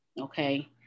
okay